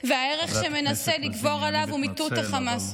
והערך שמנסה לגבור עליו הוא מיטוט החמאס.